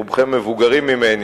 רובכם מבוגרים ממני,